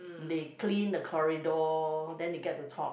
they clean the corridor then they get to talk